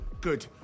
Good